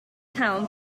town